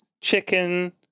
chicken